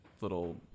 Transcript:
little